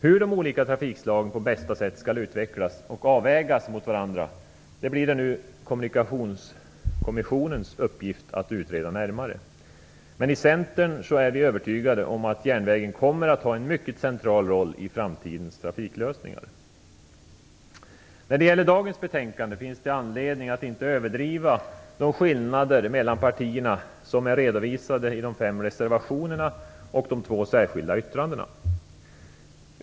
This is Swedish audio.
Hur de olika trafikslagen på bästa sätt skall utvecklas och avvägas mot varandra blir det nu Kommunikationskommissionens uppgift att utreda närmare, men vi i Centern är övertygade om att järnvägen kommer att ha en mycket central roll i framtidens trafiklösningar. När det gäller dagens betänkande finns det anledning att inte överdriva de skillnader mellan partierna som är redovisade i de fem reservationerna och i de två särskilda yttrandena.